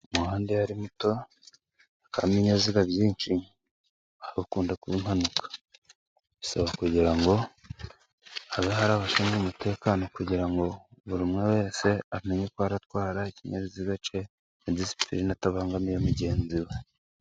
Umuhanda iyo ari muto hakabamo ibinyabiziga byinshi, hakunda kuba impanuka, bisaba kugira ngo habe hari abashinzwe umutekano, kugira ngo buri umwe wese amenye uko aratwara ikinyabiziga cye na disipirine, atabangamiye mugenzi we.